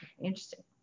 interesting